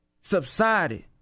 subsided